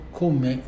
come